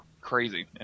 crazy